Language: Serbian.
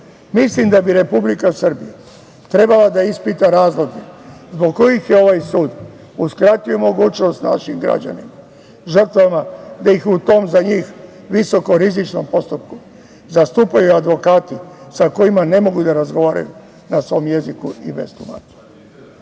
suda. Mislim da bi Republika Srbija trebala da ispita razloge zbog kojih je ovaj sud uskratio mogućnost našim građanima, žrtvama da ih u tom za njih visokorizičnom postupku zastupaju advokati sa kojima ne mogu da razgovaraju na svom jeziku. Nizak